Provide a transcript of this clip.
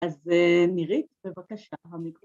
‫אז נירית, בבקשה, המקרים.